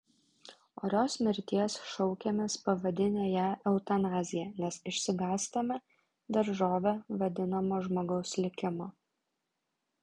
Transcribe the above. orios mirties šaukiamės pavadinę ją eutanazija nes išsigąstame daržove vadinamo žmogaus likimo